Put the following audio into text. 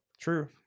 True